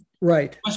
Right